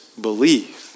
believe